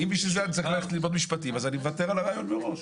אם בשביל זה אני צריך ללכת וללמוד משפטים אז אני מוותר על הרעיון מראש.